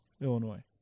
Illinois